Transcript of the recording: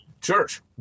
Church